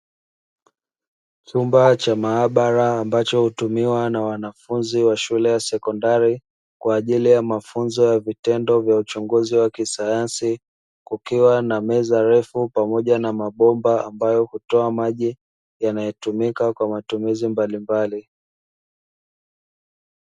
Chumba cha maabara ambacho hutumiwa na wanafunzi wa shule ya sekondari kwa ajili ya mafunzo ya vitendo vya uchunguzi wa wa kisayansi, kukiwa na meza refu pamoja na bomba ambalo hutoa maji yanayotumika kwa matumizi mbalimbali.